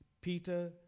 Peter